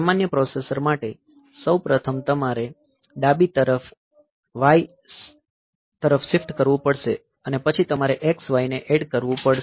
સામાન્ય પ્રોસેસર માટે સૌ પ્રથમ તમારે ડાબી y તરફ શિફ્ટ કરવી પડશે અને પછી તમારે xy ને એડ કરવું પડશે